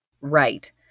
Right